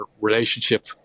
relationship